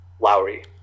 Lowry